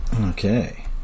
Okay